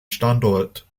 standort